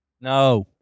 No